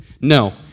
No